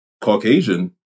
Caucasian